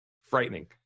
frightening